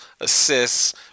assists